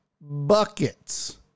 Buckets